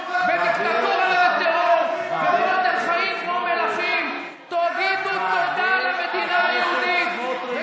אני נגד כפויי טובה שמוציאים דיבתה של המדינה זו רעה בשקרים בכל העולם,